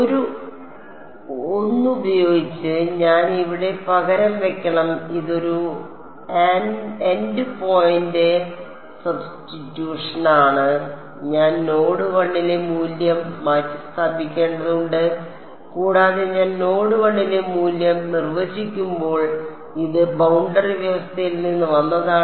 ഒരു ഉപയോഗിച്ച് ഞാൻ ഇവിടെ പകരം വയ്ക്കണം ഇതൊരു എൻഡ് പോയിന്റ് സബ്സ്റ്റിറ്റ്യൂഷനാണ് ഞാൻ നോഡ് 1 ലെ മൂല്യം മാറ്റിസ്ഥാപിക്കേണ്ടതുണ്ട് കൂടാതെ ഞാൻ നോഡ് 1 ലെ മൂല്യം നിർവചിക്കുമ്പോൾ ഇത് ബൌണ്ടറി വ്യവസ്ഥയിൽ നിന്ന് വന്നതാണ്